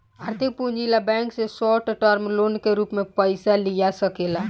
आर्थिक पूंजी ला बैंक से शॉर्ट टर्म लोन के रूप में पयिसा लिया सकेला